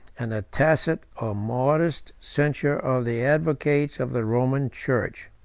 and the tacit or modest censure of the advocates of the roman church.